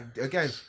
Again